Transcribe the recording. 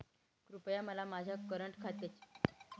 कृपया मला माझ्या करंट खात्याची किमान शिल्लक सांगा